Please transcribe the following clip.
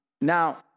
now